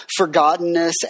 forgottenness